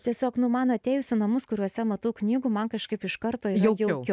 tiesiog nu man atėjus į namus kuriuose matau knygų man kažkaip iš karto jaukiau